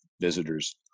visitors